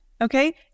okay